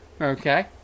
Okay